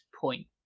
point